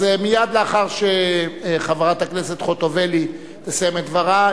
מייד לאחר שחברת הכנסת חוטובלי תסיים את דברה,